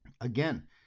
Again